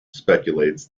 speculates